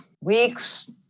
weeks